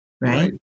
Right